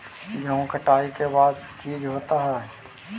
गेहूं कटाई के बाद का चीज होता है?